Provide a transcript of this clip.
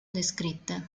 descritte